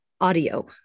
audio